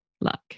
luck